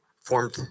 formed